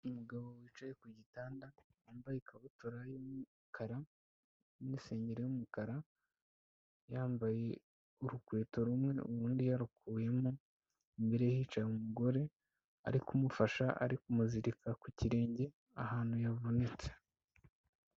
Umugabo wicaye ku gitanda wambaye ikabutura y'umukara n'isengeri y'umukara, yambaye urukweto rumwe urundi yarukuyemo, imbere hicaye umugore ari kumufasha, ari kumuzirika ku kirenge ahantu yavunitse.